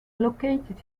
located